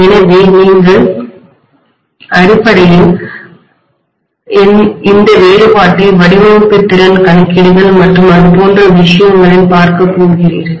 எனவே நீங்கள் அடிப்படையில் இந்த வேறுபாட்டை வடிவமைப்பு திறன் கணக்கீடுகள் மற்றும் அது போன்ற விஷயங்களில் பார்க்கப் போகிறீர்கள்